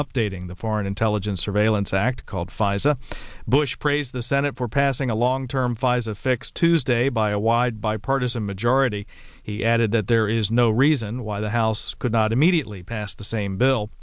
updating the foreign intelligence surveillance act called pfizer bush praised the senate for passing a long term phase of fix tuesday by a wide bipartisan majority he added that there is no reason why the house could not immediately pass the same bill